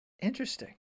interesting